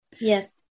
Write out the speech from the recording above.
Yes